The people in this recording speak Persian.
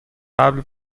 قبل